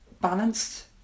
balanced